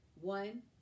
one